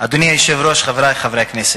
אדוני היושב-ראש, חברי חברי הכנסת,